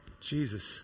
Jesus